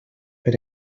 per